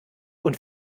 und